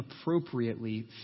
appropriately